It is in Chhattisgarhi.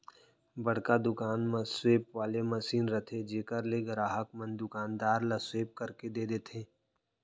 बड़का दुकान म स्वेप वाले मसीन रथे जेकर ले गराहक मन दुकानदार ल स्वेप करके दे देथे